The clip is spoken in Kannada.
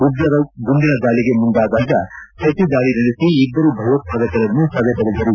ಉಗ್ರರು ಗುಂಡಿನ ದಾಳಿಗೆ ಮುಂದಾದಾಗ ಪ್ರತಿದಾಳಿ ನಡೆಸಿ ಇಬ್ಲರು ಭಯೋತ್ವಾದಕರನ್ನು ಸದೆಬಡಿದರು